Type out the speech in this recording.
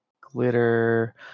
glitter